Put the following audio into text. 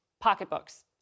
pocketbooks